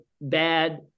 bad